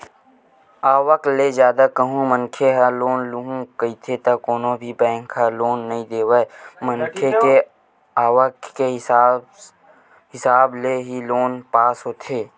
आवक ले जादा कहूं मनखे ह लोन लुहूं कइही त कोनो भी बेंक ह लोन नइ देवय मनखे के आवक के हिसाब ले ही लोन पास होथे